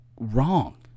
wrong